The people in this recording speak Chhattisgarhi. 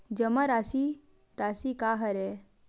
जमा राशि राशि का हरय?